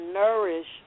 nourish